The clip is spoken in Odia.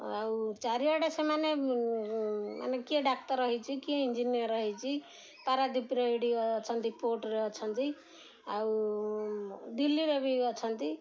ଆଉ ଚାରିଆଡ଼େ ସେମାନେ ମାନେ କିଏ ଡ଼ାକ୍ତର ହୋଇଛି କିଏ ଇଞ୍ଜିନିୟର୍ ହୋଇଛି ପାରାଦୀପର ଏଇଠି ଅଛନ୍ତି ପୋର୍ଟରେ ଅଛନ୍ତି ଆଉ ଦିଲ୍ଲୀରେ ବି ଅଛନ୍ତି